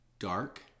dark